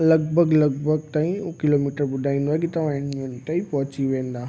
लॻिभॻि लॻिभॻि ताईं हो किलोमीटर ॿुधाईंदो आहे की तव्हां हिन मिंट ताईं पहुची वेंदा